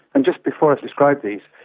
and just before i describe these,